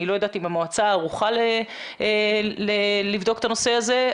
אני לא יודעת אם המועצה ערוכה לבדוק את הנושא הזה,